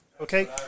okay